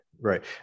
Right